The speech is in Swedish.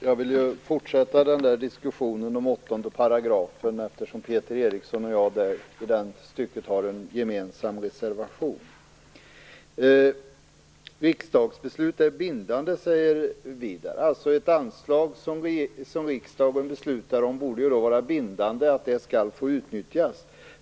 Herr talman! Jag vill fortsätta diskussionen om 8 §, eftersom Peter Eriksson och jag i det stycket har en gemensam reservation. Riksdagsbeslut är bindande, säger Widar Andersson. För ett anslag som riksdagen beslutar om borde det alltså vara bindande att det skall få utnyttjas.